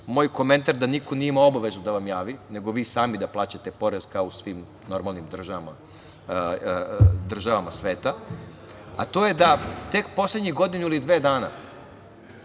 moj komentar da niko nije imao obavezu da vam javi, nego vi sami da plaćate porez, kao u svim normalnim državama sveta, a to je da tek poslednjih godinu ili dve dana